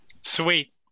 Sweet